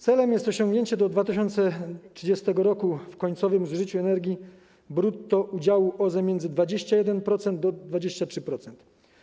Celem jest osiągnięcie do 2030 r. w końcowym zużyciu energii brutto udziału OZE wynoszącego od 21% do 23%.